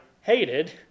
hated